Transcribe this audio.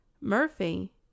Murphy